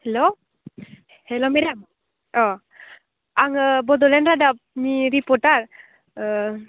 hello hello madam अ आङो बड'लेण्ड रादाबनि रिपर्टार